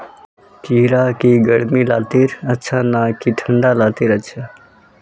खीरा की गर्मी लात्तिर अच्छा ना की ठंडा लात्तिर अच्छा?